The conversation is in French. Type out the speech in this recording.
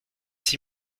six